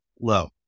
low